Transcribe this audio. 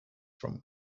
from